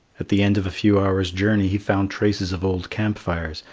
at the end of a few hours' journey he found traces of old camp-fires,